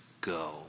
go